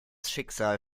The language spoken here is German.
schicksal